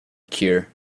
cure